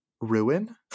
ruin